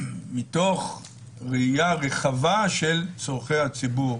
מתוך ראייה רחבה של צורכי הציבור